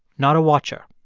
not a watcher.